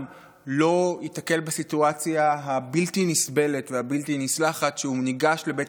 לא ייתקל בסיטואציה הבלתי-נסבלת והבלתי-נסלחת שהוא ניגש לבית